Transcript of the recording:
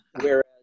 whereas